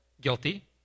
guilty